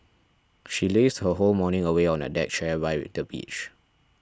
she lazed her whole morning away on a deck chair by the beach